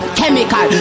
Chemical